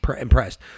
impressed